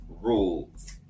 rules